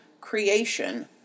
creation